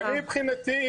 מבחינתי,